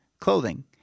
clothing